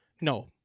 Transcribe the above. No